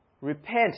repent